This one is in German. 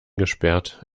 gesperrt